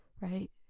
right